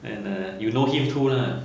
and uh you know him too lah